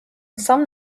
some